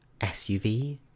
SUV